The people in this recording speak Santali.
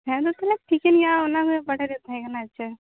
ᱦᱮᱸ ᱢᱟ ᱛᱟᱦᱚᱞᱮ ᱴᱷᱤᱠᱟᱹᱱ ᱜᱮᱭᱟ ᱚᱱᱟᱜᱮ ᱵᱟᱲᱟᱭ ᱨᱮᱭᱟ ᱛᱟᱦᱮᱸ ᱠᱟᱱᱟ ᱟᱨ ᱪᱮᱫ